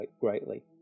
greatly